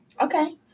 Okay